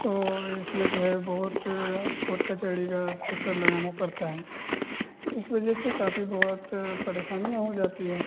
तो इसमें जो है बहुत कोट कचहरी के चक्कर लगाने पड़ते हैं तो इस वजह से काफी बहुत परेशानियाँ हो जाती हैं